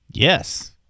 Yes